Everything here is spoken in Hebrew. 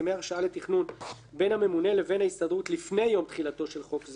לתכנון בין הממונה לבין ההסתדרות לפני יום תחילתו של חוק זה (להלן,